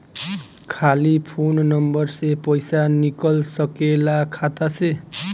खाली phone number से पईसा निकल सकेला खाता से?